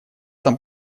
там